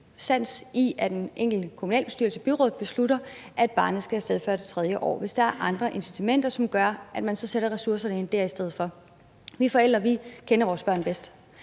eller det enkelte byråd beslutter, at barnet skal af sted før det tredje år, hvis der er andre incitamenter, som gør, at man så sætter ind med ressourcerne et andet sted i stedet for. Vi forældre kender vores børn bedst,